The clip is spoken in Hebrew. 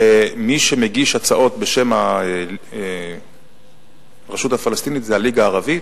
מי שמגיש הצעות בשם הרשות הפלסטינית זה הליגה הערבית.